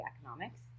economics